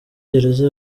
gereza